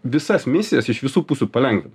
visas misijas iš visų pusių palengvint